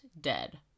dead